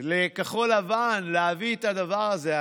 לכחול לבן להביא את הדבר הזה.